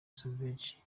savage